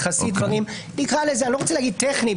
אלה היו יחסית דברים שאני לא רוצה להגיד "טכניים"